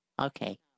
okay